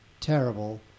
terrible